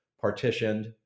partitioned